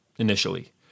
initially